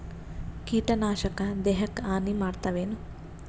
ಕೀಟನಾಶಕ ದೇಹಕ್ಕ ಹಾನಿ ಮಾಡತವೇನು?